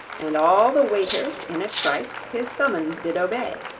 and all the waiters in a trice his summons did obey